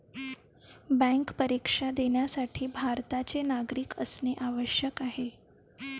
bank परीक्षा देण्यासाठी भारताचे नागरिक असणे आवश्यक आहे